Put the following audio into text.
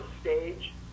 stage